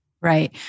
Right